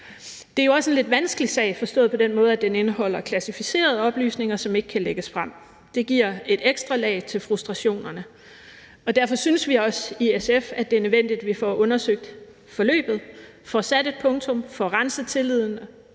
Det er også en lidt vanskelig sag, forstået på den måde, at den indeholder klassificerede oplysninger, som ikke kan lægges frem. Det giver et ekstra lag til frustrationerne, og derfor synes vi også i SF, at det er nødvendigt, at vi får undersøgt forløbet, får sat et punktum, får renset luften